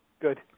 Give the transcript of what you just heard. Good